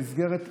במסגרת התחבורה.